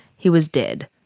he was dead.